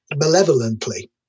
malevolently